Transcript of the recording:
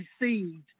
received